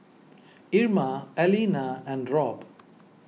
Irma Alina and Robb